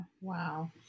Wow